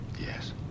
Yes